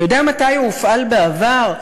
אתה יודע מתי הוא הופעל בעבר?